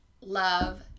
love